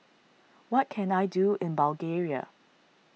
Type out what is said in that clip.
what can I do in Bulgaria